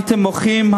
הייתם מוחים,